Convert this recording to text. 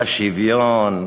השוויון,